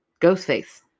Ghostface